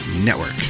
Network